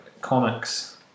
comics